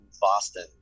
Boston